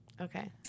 Okay